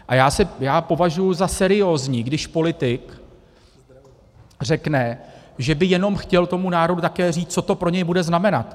A já považuji za seriózní, když politik řekne, že by jednou chtěl tomu národu také říct, co to pro něj bude znamenat.